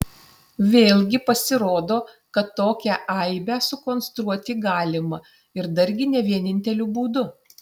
vėlgi pasirodo kad tokią aibę sukonstruoti galima ir dargi ne vieninteliu būdu